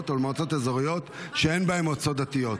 ולמועצות אזוריות שאין בהן מועצות דתיות.